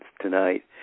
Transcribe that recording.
tonight